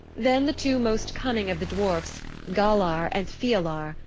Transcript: then the two most cunning of the dwarfs, galar and fialar,